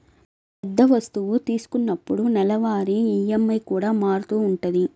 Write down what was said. పెద్ద వస్తువు తీసుకున్నప్పుడు నెలవారీ ఈఎంఐ కూడా మారుతూ ఉంటది